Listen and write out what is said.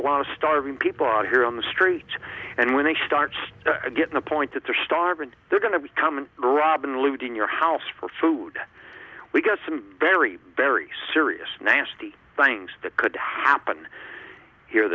of starving people out here on the street and when they start to get the point that they're starving they're going to become and robin looting your house for food we got some very very serious nasty things that could happen here